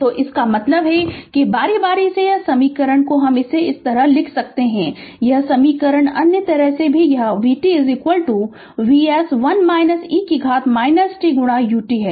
तो इसका मतलब है कि बारी बारी से यह समीकरण इसे लिख सकते है यह समीकरण अन्य तरह से है कि यह vt Vs 1 e कि घात t गुणा ut है